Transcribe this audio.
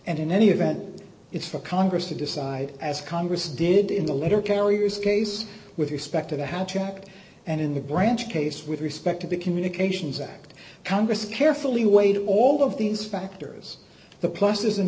and in any event it's for congress to decide as congress did in the letter carriers case with respect to the hatch act and in the branch case with respect to the communications act congress carefully weighed all of these factors the pluses and